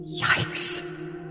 Yikes